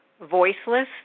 voiceless